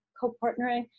co-partnering